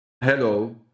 Hello